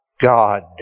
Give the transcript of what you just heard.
God